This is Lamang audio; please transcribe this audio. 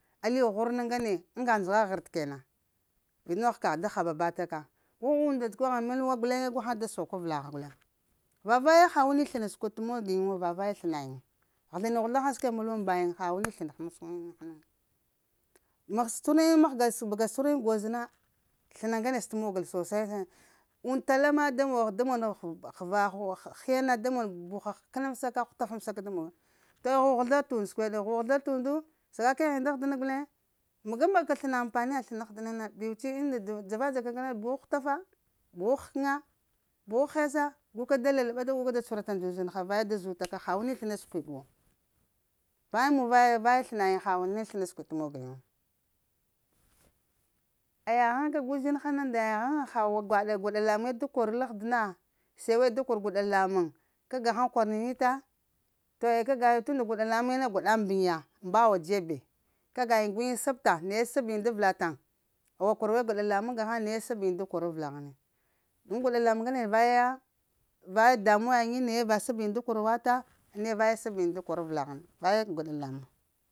Ali hurna ŋgane ŋga ndəgha ghərd kena vita nogh ka de haba-ba ta ka, ko unda səkwa gha mulwa guleŋe gu ghaŋ da soko avəlagh guleŋ va vaye ha wani sləna t'mog yay, vavaye sləna yiŋ ghəzla niw ghəzla hay səkweb mul way mbagung ha wani sləna ŋ ma tsuhura yiŋ mahga bəga sa cuhura iŋ goz na sləna ŋgane si t'mogol sosaiya und tala ma da mon həva hiya na da mon buha həkənamsak hutafam saka da mon. To huhəzla t'und səkweɗe hu həzla t'unda, saga kegh yiŋ dah dəna guleŋ maga maga sləna ambaniye sləna ahdəna na, be wuci unda doz dzava̱dza ka buhu hutafa buhu həkəna, buhu hess guka da ləl ɓata gu ka da cuhurata nda uzinha vaya da zuta ka ha wani sləna səkwiɗi wo bayan muvaya vana sləna nayiŋ ha wani sləna sikwiɗ t'mog yiŋ wo aya kag uzinha nda ya yiŋ? Han ha yayu gwaɗa la muŋe da kor lo ahɗana se weɗ da kor gwaɗa lamuŋ kag ga haŋ kwarin, ta to ka ga yiŋ tun nda gwaɗa lamuŋe na gwada mbuŋ ya mbawa dzebe ka ga yiŋ guyiŋ sabta na ye sab yiŋ da vəla tay awa kwara weɗ gwaɗa lamuŋ gaghan na ye sab yiŋ da kor avəla shini ŋgane vaya ya vaye da mu wa yiŋ vaye va sav yiŋ da kwara wata na ye va ye sab yiŋ da kor avəla ghini vaye gwaɗa lamuŋ